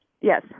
Yes